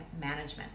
management